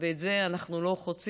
ואת זה אנחנו לא חוצים,